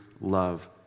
love